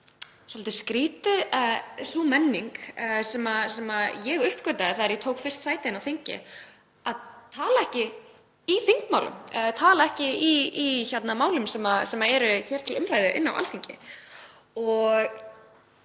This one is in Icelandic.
svolítið skrýtin sú menning sem ég uppgötvaði þegar ég tók fyrst sæti á þingi að tala ekki í þingmálum eða tala ekki í málum sem eru hér til umræðu inni á Alþingi